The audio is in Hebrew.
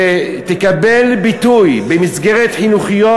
שתקבל ביטוי במסגרות חינוכיות,